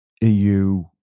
EU